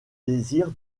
désir